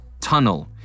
Tunnel